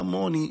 היא המון,